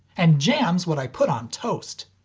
and jam's what i put on toast!